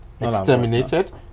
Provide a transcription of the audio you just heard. exterminated